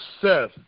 Seth